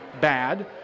bad